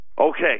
Okay